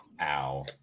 Ow